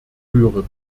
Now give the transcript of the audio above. rühren